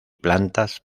plantas